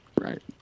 Right